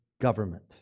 government